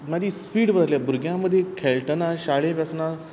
म्हाजी स्पीड बरी आहली भुरग्यां मदीं खेळटना शाळेंत आसतना